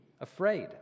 afraid